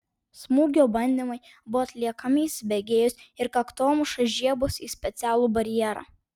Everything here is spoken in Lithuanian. smūgio bandymai buvo atliekami įsibėgėjus ir kaktomuša žiebus į specialų barjerą